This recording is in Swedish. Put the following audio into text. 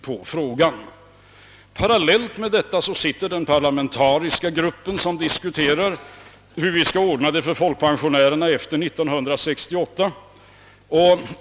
Parallellt med detta diskuterar den parlamentariska kommittén hur vi skall ordna det för folkpensionärerna efter 1968.